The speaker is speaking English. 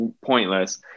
pointless